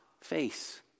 face